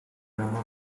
gama